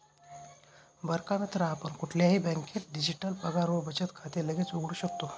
बर का मित्रा आपण कुठल्याही बँकेत डिजिटल पगार व बचत खाते लगेच उघडू शकतो